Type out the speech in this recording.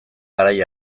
garai